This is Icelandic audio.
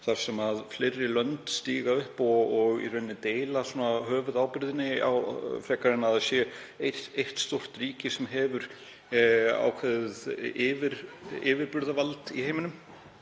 þar sem fleiri lönd stíga fram og deila höfuðábyrgðinni, frekar en að það sé eitt stórt ríki sem hafi ákveðið yfirburðavald í heiminum.